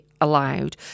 allowed